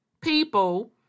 people